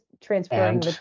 transferring